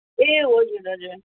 ए हजुर हजुर